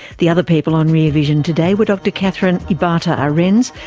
the other people on rear vision today were dr kathryn ibata-arens,